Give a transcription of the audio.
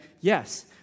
Yes